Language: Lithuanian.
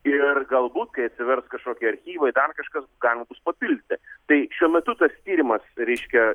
ir galbūt kai atsivers kažkokie archyvai dar kažkas galima bus papildyti tai šiuo metu tas tyrimas reiškia